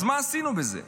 אז מה עשינו בזה?